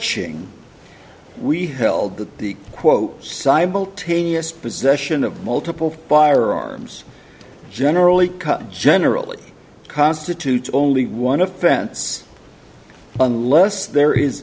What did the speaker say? hutchings we held that the quote simultaneous possession of multiple firearms generally cut generally constitutes only one offense unless there is